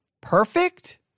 perfect